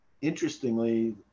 interestingly